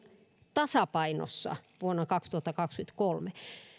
tasapainossa vuonna kaksituhattakaksikymmentäkolme